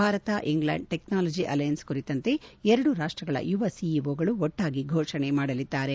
Bharat England technology alliance ಕುರಿತಂತೆ ಎರಡು ರಾಷ್ಟಗಳ ಯುವ ಸಿಇಒಗಳು ಒಟ್ಟಾಗಿ ಘೋಷಣೆ ಮಾಡಲಿದ್ದಾರೆ